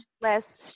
Less